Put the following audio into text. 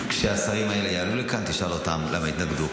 כשהשרים האלה יעלו לכאן, תשאל אותם למה הם התנגדו.